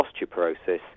osteoporosis